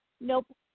Nope